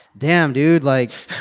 damn dude, like,